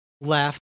left